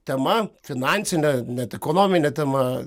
tema finansine net ekonomine tema